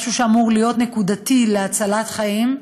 משהו שאמור להיות נקודתי, להצלת חיים,